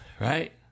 right